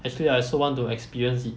actually I also want to experience it